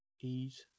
ease